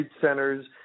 centers